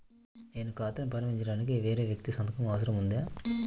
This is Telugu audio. నేను ఖాతా ప్రారంభించటానికి వేరే వ్యక్తి సంతకం అవసరం ఉందా?